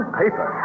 paper